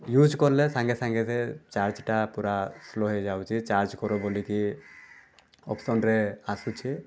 use କଲେ ସାଙ୍ଗେସାଙ୍ଗେ ସେ ଚାର୍ଜଟା ପୂରା ସ୍ଲୋ ହେଇଯାଉଛି ଚାର୍ଜ କର ବୋଲିକି ଅପ୍ସନରେ ଆସୁଛି